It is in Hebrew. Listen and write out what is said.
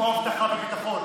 כמו אבטחה וביטחון.